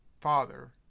father